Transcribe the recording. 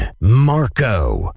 marco